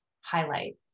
highlight